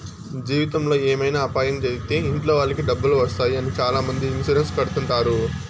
జీవితంలో ఏమైనా అపాయం జరిగితే ఇంట్లో వాళ్ళకి డబ్బులు వస్తాయి అని చాలామంది ఇన్సూరెన్స్ కడుతుంటారు